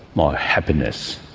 more happiness,